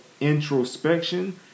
introspection